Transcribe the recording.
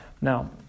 Now